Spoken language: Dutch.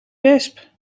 wesp